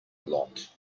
lot